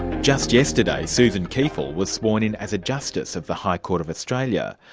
just yesterday, susan kiefel was sworn in as a justice of the high court of australia.